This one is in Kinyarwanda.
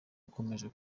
ukomeje